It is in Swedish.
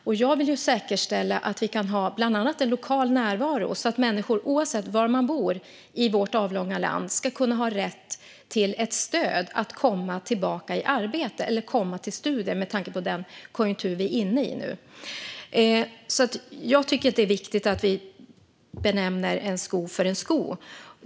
Jag vill bland annat säkerställa att det finns en lokal närvaro så att människor, oavsett var de bor i vårt avlånga land, ska kunna ha rätt till stöd för att komma tillbaka i arbete - eller komma i studier, med tanke på den konjunktur vi är inne i nu. Jag tycker alltså att det är viktigt att vi kallar en sko en sko.